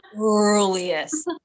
earliest